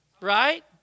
Right